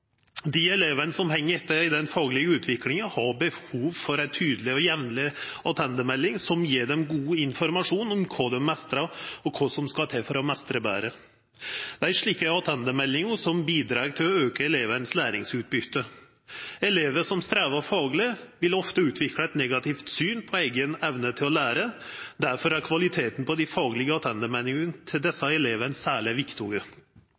de faglig svakeste. Det elever som henger etter i den faglige utviklingen, har behov for, er tydelige og jevnlige tilbakemeldinger som gir dem god informasjon om hva de mestrer, og hva som skal til for å mestre bedre. Det er slike tilbakemeldinger som bidrar til å øke elevenes læringsutbytte. Elever som strever faglig, vil ofte utvikle et negativt syn på egen evne til å lære – derfor er kvaliteten på de faglige tilbakemeldingene til disse elevene særlig